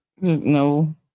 No